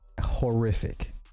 horrific